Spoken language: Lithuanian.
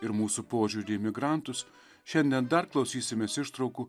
ir mūsų požiūrį į migrantus šiandien dar klausysimės ištraukų